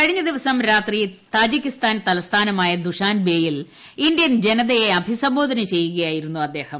കഴിഞ്ഞ ദിവസം രാത്രി താജിക്കിസ്ഥാൻ തലസ്ഥാനമായ ദുഷാൻബേയിൽ ഇന്ത്യൻ ജനതയ്ക്ക അഭിസംബോധന ചെയ്യുകയായിരുന്നു അദ്ദേഹം